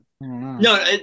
no